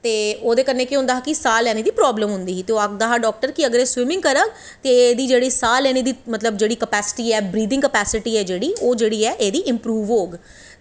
ते ओह्दे कन्नै केह् होंदा हा साह् लैने दी प्रॉब्लम होंदी ही ते ओह् आक्खदा हा डॉक्टर की अगर एह् स्विमिंग करग ते एह्दी जेह्ड़ी साह् लैने दी कपैस्टी ऐ ब्रीथिंग कैपेस्टी ऐ जेह्ड़ी ओह् एह्दी इम्प्रूव होग